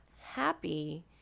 happy